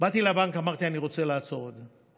באתי לבנק ואמרתי שאני רוצה לעצור את זה.